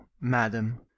madam